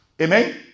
Amen